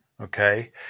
okay